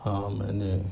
ہاں میں نے